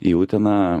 į uteną